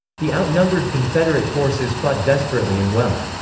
the outnumbered confederate forces fought desperately and well.